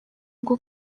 bwo